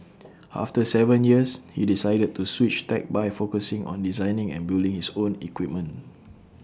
after Seven years he decided to switch tack by focusing on designing and building his own equipment